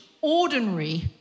ordinary